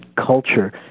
culture